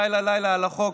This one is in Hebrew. לילה-לילה על החוק,